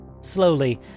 Slowly